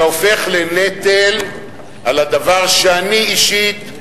אתה הופך לנטל על הדבר שאני אישית,